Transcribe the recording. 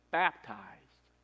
baptized